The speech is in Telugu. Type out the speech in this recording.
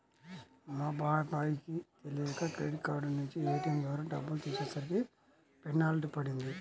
మా బాబాయ్ కి తెలియక క్రెడిట్ కార్డు నుంచి ఏ.టీ.యం ద్వారా డబ్బులు తీసేసరికి పెనాల్టీ పడింది